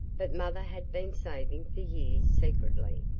but mother had been saving for years secretly,